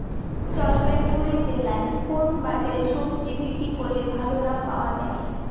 জলপাইগুড়ি জেলায় কোন বাজারে সবজি বিক্রি করলে ভালো দাম পাওয়া যায়?